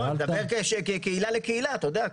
כקהילה לקהילה, אתה יודע.